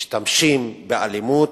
משתמשים באלימות,